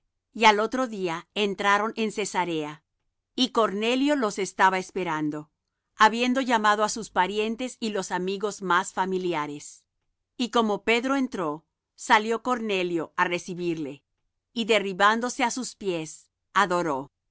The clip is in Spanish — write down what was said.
y al otro día entraron en cesarea y cornelio los estaba esperando habiendo llamado á sus parientes y los amigos más familiares y como pedro entró salió cornelio á recibirle y derribándose á sus pies adoró mas